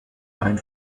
ein